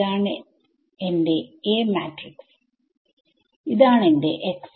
ഇതാണ് എന്റെ A matrix ഇതാണ് എന്റെ x